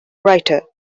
writer